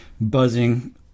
buzzing